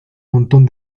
montón